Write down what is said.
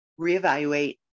reevaluate